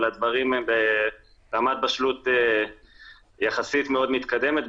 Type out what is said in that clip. אבל הדברים הם ברמת בשלות יחסית מאוד מתקדמת.